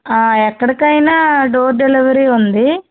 ఎక్కడికైనా door delivery ఉంది